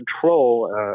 control